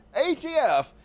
ATF